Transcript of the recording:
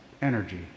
energy